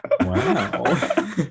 wow